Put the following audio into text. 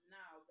now